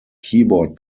keyboard